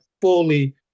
fully